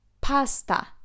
pasta